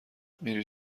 میری